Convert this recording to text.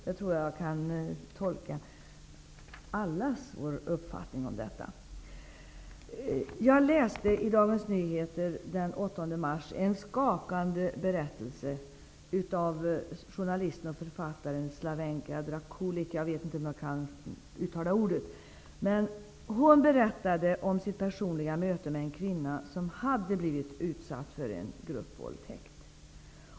Så tycker jag att jag kan tolka allas vår uppfattning om detta. I Dagens Nyheter den 8 mars läste jag en skakande berättelse av journalisten och författaren Slavenka Drakulic, som berättade om sitt personliga möte med en kvinna som blivit utsatt för en gruppvåldtäkt.